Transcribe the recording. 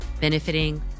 benefiting